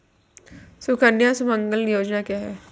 सुकन्या सुमंगला योजना क्या है?